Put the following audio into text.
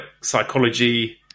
psychology